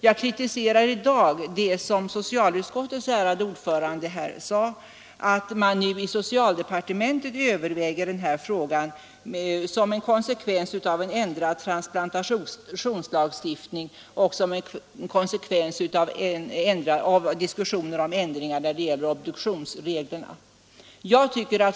Jag kritiserar det som socialutskottets ärade ordförande sade, att man nu inom socialdepartementet överväger denna fråga som en konsekvens av en ändrad transplantationslagstiftning och som konsekvens av diskussioner om ändringar när det gäller obduktionsreglerna.